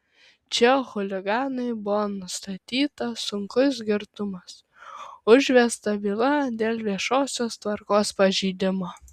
čia chuliganui buvo nustatytas sunkus girtumas užvesta byla dėl viešosios tvarkos pažeidimo